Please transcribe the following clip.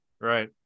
Right